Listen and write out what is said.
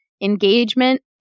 engagement